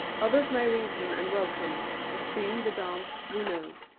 others may reason and welcome, but seeing the dance, we know.